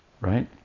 right